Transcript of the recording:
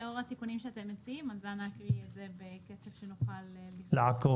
לאור התיקונים שאתם מציעים אז נא להקריא את זה בקצב שנוכל לעקוב.